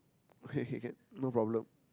okay okay can no problem